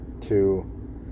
Two